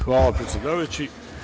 Hvala predsedavajući.